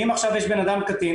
אם עכשיו יש אדם קטין,